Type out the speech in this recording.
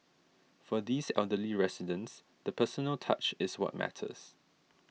for these elderly residents the personal touch is what matters